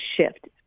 shift